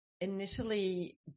initially